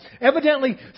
Evidently